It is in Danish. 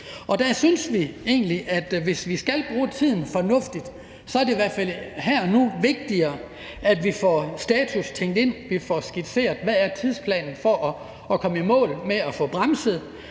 Der synes vi egentlig, at hvis vi skal bruge tiden fornuftigt, er det i hvert fald her og nu vigtigere, at vi får status tænkt ind og skitseret, hvad tidsplanen er for at komme i mål med at få bremset